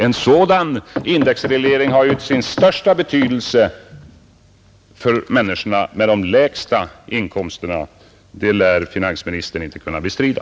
En sådan indexreglering har ju sin största betydelse för människorna med de lägsta inkomsterna — det lär finansministern inte kunna bestrida.